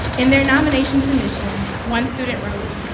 in their nomination submission, one student wrote,